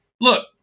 look